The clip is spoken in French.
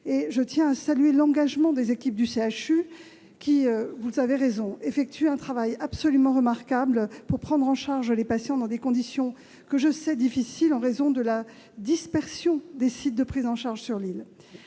Je tiens à saluer l'engagement des équipes du CHU qui effectuent, vous avez raison de le rappeler, un travail absolument remarquable pour prendre en charge les patients dans des conditions que je sais difficiles en raison de la dispersion des sites sur l'île.